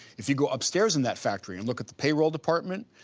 if you go upstairs in that factory and look at the payroll department,